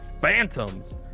Phantoms